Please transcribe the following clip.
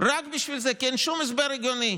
רק בשביל זה, כי אין שום הסבר הגיוני.